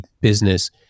business